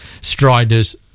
Striders